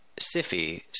sifi